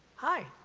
hi.